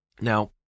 Now